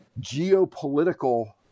geopolitical